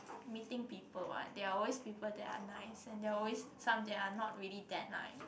meeting people what there are always people that are nice and there are always some that are not really that nice